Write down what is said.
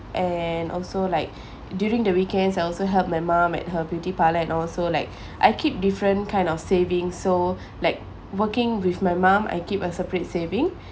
and also like during the weekends I also help my mom at her beauty parlour and all so like I keep different kind of saving so like working with my mom I keep a separate saving